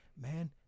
Man